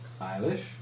Eilish